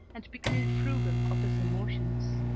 and becoming frugal of his emotions.